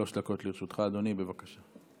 שלוש דקות לרשותך, אדוני, בבקשה.